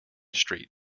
street